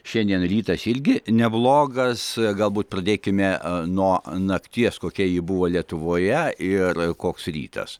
šiandien rytas irgi neblogas galbūt pradėkime e nuo nakties kokia ji buvo lietuvoje ir koks rytas